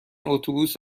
اتوبوس